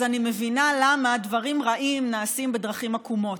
אז אני מבינה למה דברים רעים נעשים בדרכים עקומות,